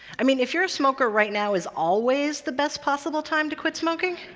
i mean, if you're a smoker, right now is always the best possible time to quit smoking.